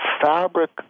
fabric